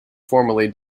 formally